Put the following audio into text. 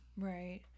Right